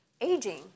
aging